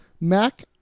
Mac